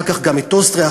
אחר כך גם את אוסטריה,